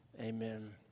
amen